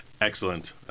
Excellent